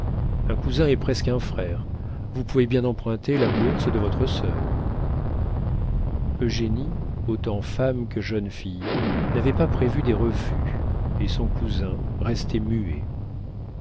un cousin est presque un frère vous pouvez bien emprunter la bourse de votre sœur eugénie autant femme que jeune fille n'avait pas prévu des refus et son cousin restait muet